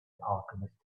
alchemist